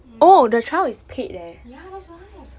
mm ya that's why